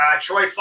Troy